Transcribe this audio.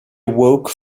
awoke